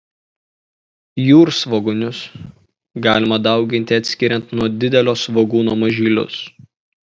jūrsvogūnius galima dauginti atskiriant nuo didelio svogūno mažylius